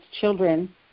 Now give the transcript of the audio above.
children